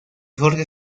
jorge